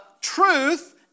truth